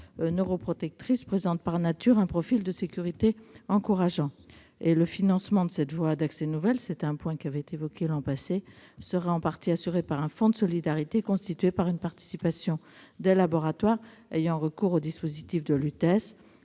neuroprotectrices présentent par nature un profil de sécurité encourageant. Le financement de cette voie d'accès nouvelle serait en partie assuré par un fonds de solidarité constitué par une participation des laboratoires ayant recours au dispositif de l'UTES.